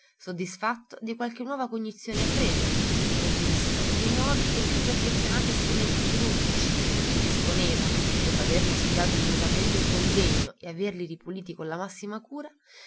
soddisfatto di qualche nuova cognizione appresa provvisto di nuovi e più perfezionati strumenti chirurgici che disponeva dopo averne studiato minutamente il congegno e averli ripuliti con la massima cura